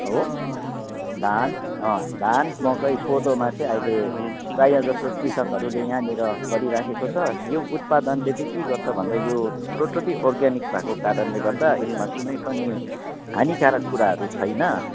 हो धान अँ धान मकै कोदोमा चाहिँ अहिले प्रायः जसो कृषकहरूले यहाँनिर गरिरहेको छ यो उत्पादनले चाहिँ के गर्छ भन्दा यो टोटली अर्ग्यानिक भएको कारणले गर्दा यसमा कुनै पनि हानिकारक कुराहरू छैन